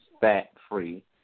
fat-free